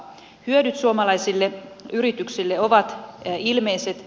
hyödyt suomalaisille yrityksille ovat ilmeiset